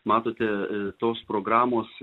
matote tos programos